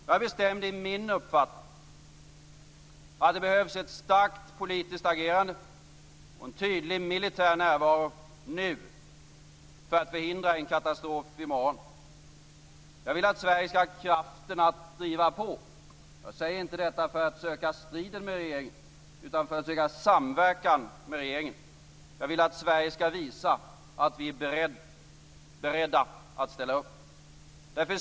Jag är bestämd i min uppfattning att det behövs ett starkt politiskt agerande och en tydlig militär närvaro nu för att förhindra en katastrof i morgon. Jag vill att Sverige skall ha kraften att driva på. Jag säger inte detta för att söka strid med regeringen utan för att söka samverkan. Jag vill att Sverige skall visa att vi är beredda att ställa upp.